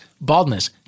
baldness